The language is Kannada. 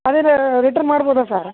ಅದೇನಾದ್ರೂ ರಿಟರ್ನ್ ಮಾಡ್ಬೋದಾ ಸರ